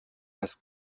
das